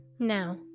Now